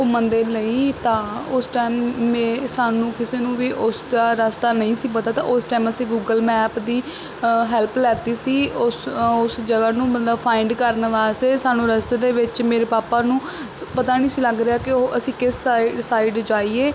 ਘੁੰਮਣ ਦੇ ਲਈ ਤਾਂ ਉਸ ਟਾਈਮ ਮੇ ਸਾਨੂੰ ਕਿਸੇ ਨੂੰ ਵੀ ਉਸ ਦਾ ਰਸਤਾ ਨਹੀਂ ਸੀ ਪਤਾ ਤਾਂ ਉਸ ਟਾਈਮ ਅਸੀਂ ਗੂਗਲ ਮੈਪ ਦੀ ਹੈਲਪ ਲਿੱਤੀ ਸੀ ਉਸ ਉਸ ਜਗ੍ਹਾ ਨੂੰ ਮਤਲਬ ਫਾਇੰਡ ਕਰਨ ਵਾਸਤੇ ਵੀ ਸਾਨੂੰ ਰਸਤੇ ਦੇ ਵਿੱਚ ਮੇਰੇ ਪਾਪਾ ਨੂੰ ਪਤਾ ਨਹੀਂ ਸੀ ਲੱਗ ਰਿਹਾ ਕਿ ਉਹ ਅਸੀਂ ਕਿਸ ਸਾਈ ਸਾਈਡ ਜਾਈਏ